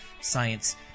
science